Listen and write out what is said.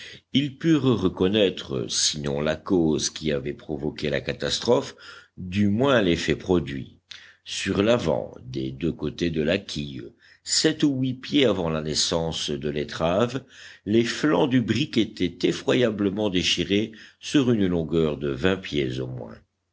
ils purent reconnaître sinon la cause qui avait provoqué la catastrophe du moins l'effet produit sur l'avant des deux côtés de la quille sept ou huit pieds avant la naissance de l'étrave les flancs du brick étaient effroyablement déchirés sur une longueur de vingt pieds au moins